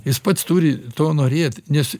jis pats turi to norėt nes